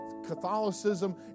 Catholicism